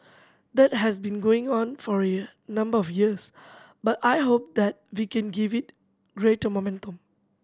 that has been going on for a number of years but I hope that we can give it greater momentum